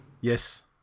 Yes